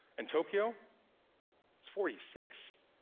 and tokyo? it's forty six.